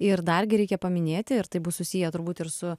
ir dar gi reikia paminėti ir tai bus susiję turbūt ir su